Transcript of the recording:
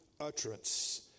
utterance